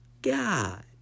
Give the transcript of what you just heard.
God